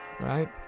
right